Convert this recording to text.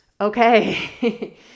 Okay